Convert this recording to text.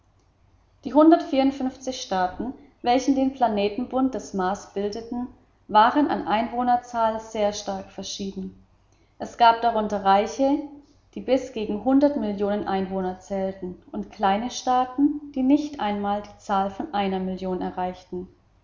die staaten welche den planetenbund des mars bildeten waren an einwohnerzahl sehr stark verschieden es gab darunter reiche die bis gegen hundert millionen einwohner zählten und kleine staaten die nicht einmal die zahl von einer million erreichten